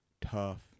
tough